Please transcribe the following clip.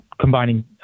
combining